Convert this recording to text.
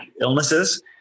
illnesses